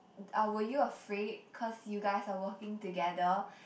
uh were you afraid cause you guys are working together